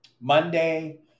Monday